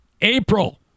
April